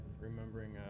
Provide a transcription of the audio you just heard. remembering